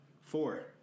Four